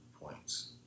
points